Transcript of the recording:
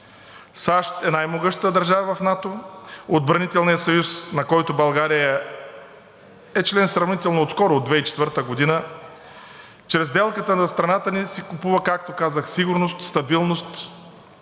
САЩ е най-могъщата държава в НАТО, отбранителния съюз, на който България е член сравнително отскоро, от 2004 г. Чрез сделката страната ни си купува, както казах, сигурност, стабилност,